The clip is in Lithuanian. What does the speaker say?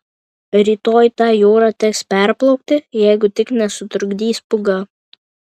rytoj tą jūrą teks perplaukti jeigu tik nesutrukdys pūga